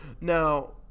Now